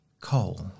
coal